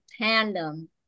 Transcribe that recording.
tandem